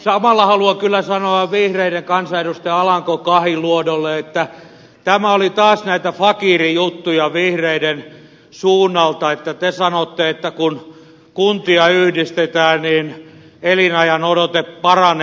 samalla haluan kyllä sanoa vihreiden kansanedustaja alanko kahiluodolle että tämä oli taas näitä fakiirijuttuja vihreiden suunnalta että te sanotte että kun kuntia yhdistetään niin elinajan odote paranee